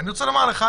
אני רוצה לומר לך,